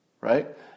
right